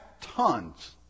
tons